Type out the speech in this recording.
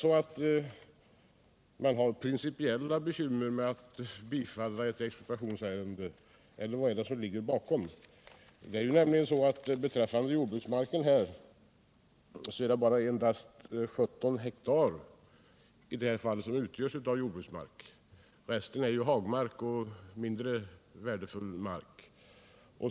Har man principiella problem att bifalla expropriationsärendet, eller vad är det som ligger bakom? Det är i det här fallet endast 17 hektar som utgörs av jordbruksmark. Resten är hagmark och mindre värdefull mark.